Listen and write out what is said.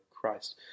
Christ